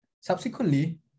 Subsequently